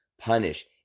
punish